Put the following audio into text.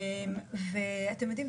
אתם יודעים,